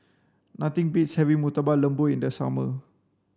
nothing beats having Murtabak Lembu in the summer